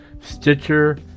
Stitcher